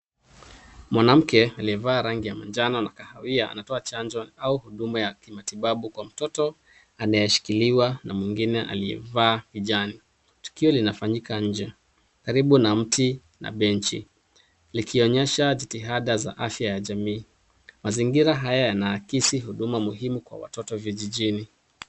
Mwanamke aliyevaa rangi ya manjano na kahawia anatoa chanjo au huduma ya kimatibabu kwa mtoto anayeshikiliwa na mwingine aliyevaa kijani . Tukio linafanyika nje likiwa karibu na benji likionyesha jitihadha ya afya ya jamii mazingira haya yanaakisi huduma Muhimu kwa watoto vijijini.